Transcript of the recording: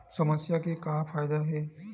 समस्या के का फ़ायदा हे?